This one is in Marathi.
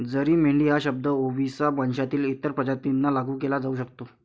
जरी मेंढी हा शब्द ओविसा वंशातील इतर प्रजातींना लागू केला जाऊ शकतो